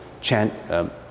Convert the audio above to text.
chant